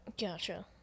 Gotcha